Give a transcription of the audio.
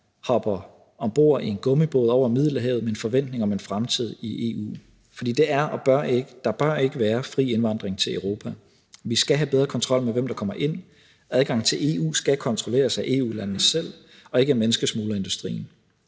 hopper om bord i en gummibåd og sejler over Middelhavet med en forventning om en fremtid i EU, for der bør ikke være fri indvandring til Europa. Vi skal have bedre kontrol med, hvem der kommer ind, og adgangen til EU skal kontrolleres af EU-landene selv og ikke af menneskesmuglerindustrien.